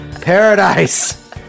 Paradise